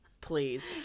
Please